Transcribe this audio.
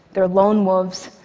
they're lone wolves,